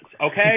Okay